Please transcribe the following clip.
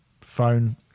phone